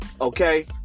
Okay